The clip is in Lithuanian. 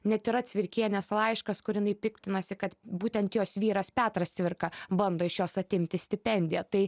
net yra cvirkienės laiškas kur inai piktinasi kad būtent jos vyras petras cvirka bando iš jos atimti stipendiją tai